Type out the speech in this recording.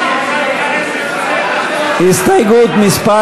הסתייגות מס'